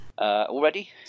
Already